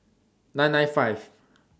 nine nine five